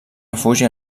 refugi